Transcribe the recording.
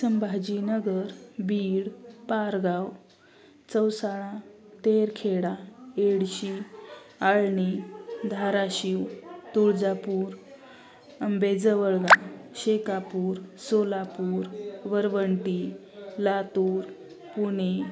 Sambhajinagar Beed Pargaon Chausala Terkheda Yedshi Alani Dharashiv Tuljapur Ambejawalga Shekapur Solapur Warwanti Latur Pune